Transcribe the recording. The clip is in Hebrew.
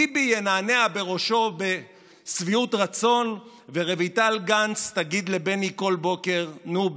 ביבי ינענע בראשו בשביעות רצון ורויטל גנץ תגיד לבני כל בוקר: נו,